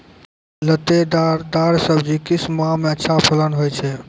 लतेदार दार सब्जी किस माह मे अच्छा फलन होय छै?